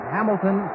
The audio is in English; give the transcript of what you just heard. Hamilton